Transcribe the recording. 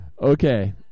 Okay